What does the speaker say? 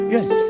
Yes